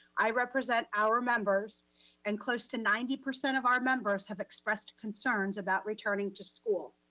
i represent our members and close to ninety percent of our members have expressed concerns about returning to school.